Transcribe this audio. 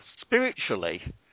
spiritually